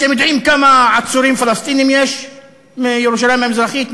אתם יודעים כמה עצורים פלסטינים יש מירושלים המזרחית?